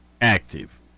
active